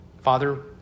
Father